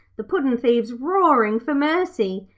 the puddin'-thieves roaring for mercy.